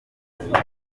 imyanya